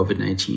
COVID-19